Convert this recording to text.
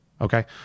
Okay